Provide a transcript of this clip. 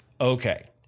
Okay